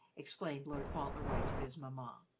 explained lord fauntleroy to his mamma.